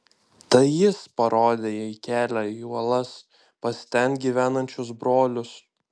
tai jis parodė jai kelią į uolas pas ten gyvenančius brolius